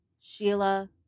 Sheila